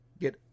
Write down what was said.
get